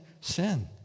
sin